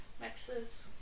mixes